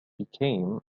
became